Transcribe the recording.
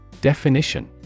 definition